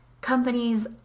companies